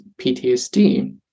PTSD